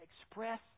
express